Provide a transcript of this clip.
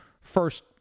first